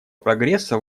прогресса